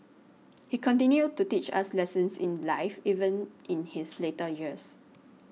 he continued to teach us lessons in life even in his later years